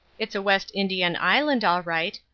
it's a west indian island all right,